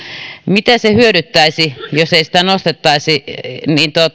mitä se hyödyttäisi jos ei sitä nostettaisi